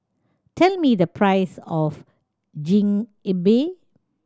tell me the price of Chigenabe